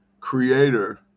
creator